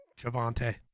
Javante